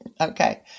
Okay